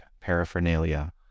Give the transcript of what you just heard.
paraphernalia